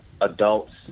adults